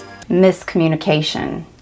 Miscommunication